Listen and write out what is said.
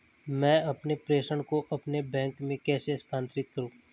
मैं अपने प्रेषण को अपने बैंक में कैसे स्थानांतरित करूँ?